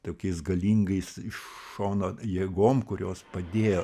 tokiais galingais iš šono jėgom kurios padėjo